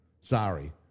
Sorry